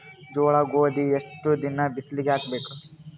ಜೋಳ ಗೋಧಿ ಎಷ್ಟ ದಿನ ಬಿಸಿಲಿಗೆ ಹಾಕ್ಬೇಕು?